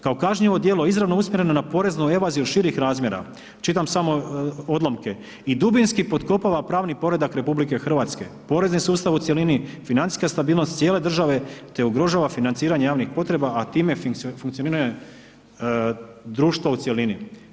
Kao kažnjivo djelo izravno usmjereno na poreznu evaziju širih razmjera, čitam samo odlomke, i dubinski potkopava pravni poredak RH, porezni sustav u cjelini, financijska stabilnost cijele države te ugrožava financiranje javnih potreba a time funkcioniranje društva u cjelini.